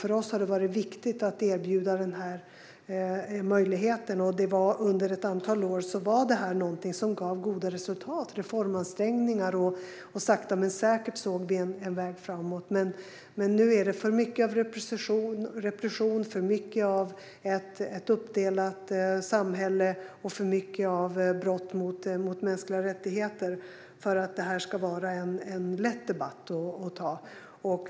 För oss har det varit viktigt att erbjuda den möjligheten. Under ett antal år var det något som gav goda resultat i form av reformansträngningar, och sakta men säkert såg vi en väg framåt. Men nu är det för mycket av repression, för mycket av ett uppdelat samhälle och för mycket av brott mot mänskliga rättigheter för att det här ska vara en lätt debatt att ta.